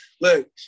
Look